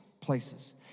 places